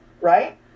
right